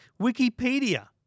Wikipedia